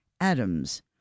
Adams